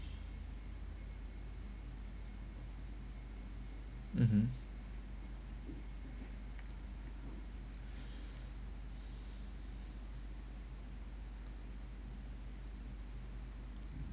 mmhmm